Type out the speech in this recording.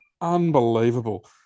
Unbelievable